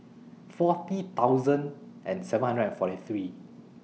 forty thousand and seven hundred and forty three